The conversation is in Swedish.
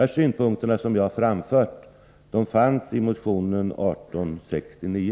De synpunkter jag har framfört finns i motion 1869.